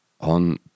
on